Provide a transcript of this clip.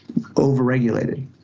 overregulated